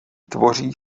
tvoří